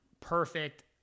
perfect